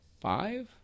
Five